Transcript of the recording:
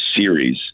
Series